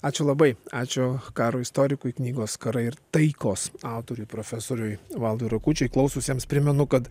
ačiū labai ačiū karo istorikui knygos karai ir taikos autoriui profesoriui valdui rakučiui klaususiems primenu kad